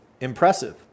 Impressive